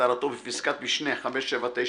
כהגדרתו בפסקת משנה 579(1)(ב),